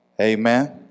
Amen